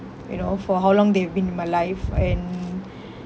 you know for how long they've been in my life and